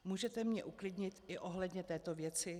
Můžete mě uklidnit i ohledně této věci?